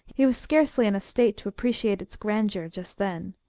he was scarcely in a state to appreciate its grandeur just then.